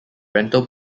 rental